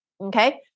Okay